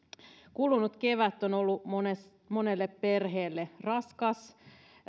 kulunut kevät on ollut monelle monelle perheelle raskas